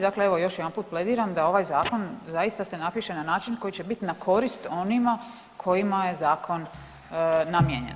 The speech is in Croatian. Dakle, evo još jedanput apeliram da ovaj zakon zaista se napiše na način koji će biti na korist onima kojima je zakon namijenjen.